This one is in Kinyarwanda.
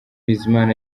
bizimana